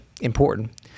important